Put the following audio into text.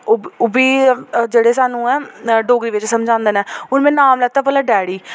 ओह्बी जेह्ड़े सानूं ऐ डोगरी बिच समझांदे न हून में नाम लैता ऐ पैह्लें डैडी